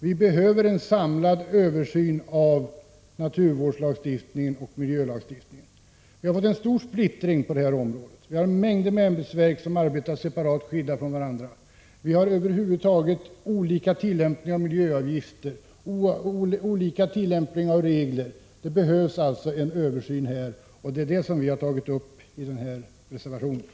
Vi behöver en samlad översyn av naturvårdslagstiftningen och miljölagstiftningen. Det råder stor splittring på det området. Mängder med ämbetsverk arbetar skilda från varandra. Vi har över huvud taget olika tillämpning av regler och miljöavgifter. Det behövs alltså en översyn här, och det är detta som vi har tagit upp i reservation 4.